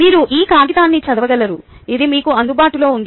మీరు ఈ కాగితాన్ని చదవగలరు అది మీకు అందుబాటులో ఉంది